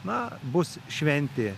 na bus šventė